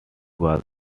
was